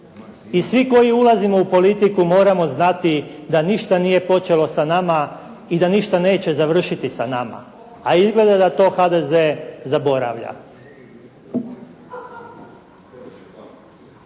I svi koji ulazimo u politiku moramo znati da ništa nije počelo sa nama i da ništa neće završiti sa nama. A izgleda da to HDZ zaboravlja.